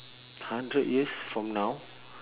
hundred years from now